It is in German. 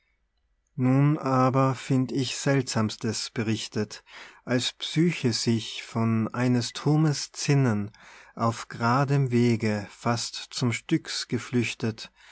nun aber find ich seltsamstes berichtet als psyche sich von eines thurmes zinnen auf gradem wege fast zum styx geflüchtet